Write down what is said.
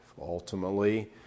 ultimately